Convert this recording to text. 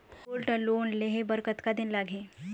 Gold loan लेहे बर कतका दिन लगही?